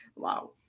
wow